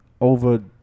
over